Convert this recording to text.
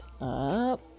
up